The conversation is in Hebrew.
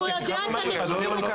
הוא יודע את הנתונים מצוין.